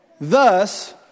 Thus